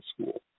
school